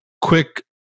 quick